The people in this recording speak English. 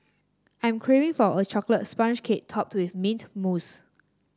I am craving for a chocolate sponge cake topped with mint mousse